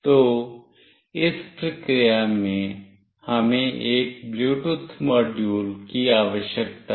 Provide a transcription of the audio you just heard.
तो इस प्रक्रिया में हमें एक ब्लूटूथ मॉड्यूल की आवश्यकता है